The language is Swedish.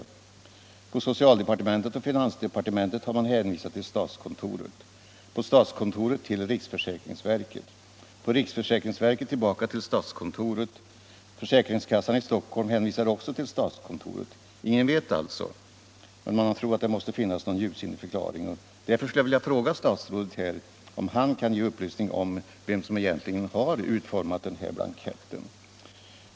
Sjukledighet På socialdepartementet och finansdepartementet har man hänvisat till statskontoret, på statskontoret till riksförsäkringsverket, på riksförsäkringsverket tillbaka till statskontoret. Försäkringskassan i Stockholm hänvisar också till statskontoret. Ingen vet alltså — men man tror att det måste finnas någon djupsinnig förklaring. Därför skulle jag vilja fråga om statsrådet kan ge upplysning om vem som egentligen har utfört den här blankettändringen.